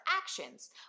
actions